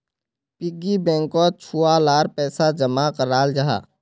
piggy बैंकोत छुआ लार पैसा जमा कराल जाहा